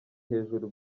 hejuru